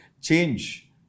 change